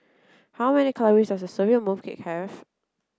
how many calories does a serving of mooncake have